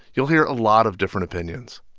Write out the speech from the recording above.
you'll hear a lot of different opinions.